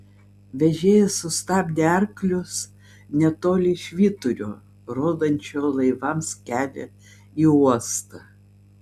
vežėjas sustabdė arklius netoli švyturio rodančio laivams kelią į uostą